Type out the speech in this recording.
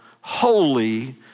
holy